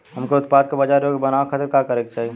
हमके उत्पाद के बाजार योग्य बनावे खातिर का करे के चाहीं?